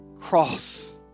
cross